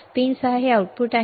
pin 6 हे output आहे